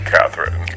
Catherine